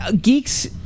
geeks